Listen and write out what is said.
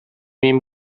این